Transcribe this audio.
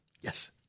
Yes